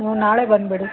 ನೀವು ನಾಳೆ ಬಂದ್ಬಿಡಿ